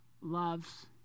loves